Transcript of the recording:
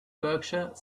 berkshire